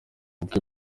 kuko